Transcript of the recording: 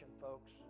folks